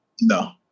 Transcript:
No